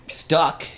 stuck